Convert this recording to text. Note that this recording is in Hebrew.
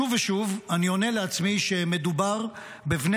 שוב ושוב אני עונה לעצמי שמדובר בבני